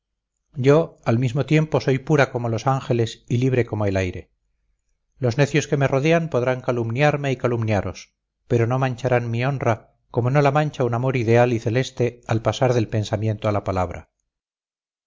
yo al mismo tiempo soy pura como los ángeles y libre como el aire los necios que me rodean podrán calumniarme y calumniaros pero no mancharán mi honra como no la mancha un amor ideal y celeste al pasar del pensamiento a la palabra